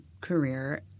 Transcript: career